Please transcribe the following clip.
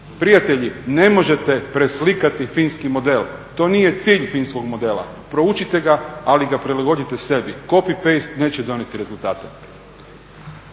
prijatelji ne možete preslikati finski model, to nije cilj finskog modela. Proučite ga ali ga prilagodite sebi. Copy-paste neće donijeti rezultate.